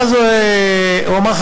ואז הוא אמר לך,